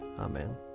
Amen